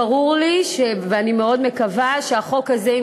ואני מאוד מקווה שהחוק הזה,